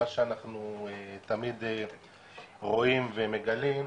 מה שאנחנו תמיד רואים ומגלים,